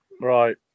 Right